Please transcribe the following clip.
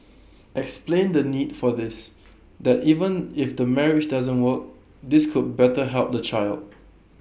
explain the need for this that even if the marriage doesn't work this could better help the child